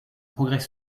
progrès